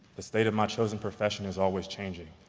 the state of my chosen profession is always changing,